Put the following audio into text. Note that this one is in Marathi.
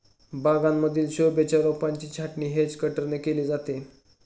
बागांमधील शोभेच्या रोपांची छाटणी हेज कटरने केली जाते